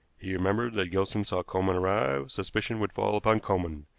he remembered that gilson saw coleman arrive suspicion would fall upon coleman.